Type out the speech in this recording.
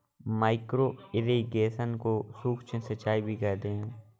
micro irrigation को सूक्ष्म सिंचाई भी कहते हैं